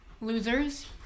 Losers